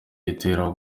gitera